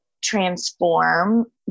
transform